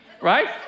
right